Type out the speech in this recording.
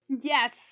Yes